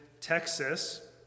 Texas